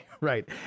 right